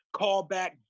callback